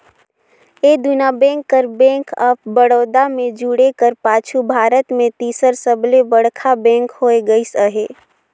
ए दुना बेंक कर bank of Baroda में जुटे कर पाछू भारत में तीसर सबले बड़खा बेंक होए गइस अहे